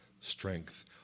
strength